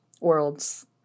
worlds